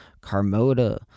Carmoda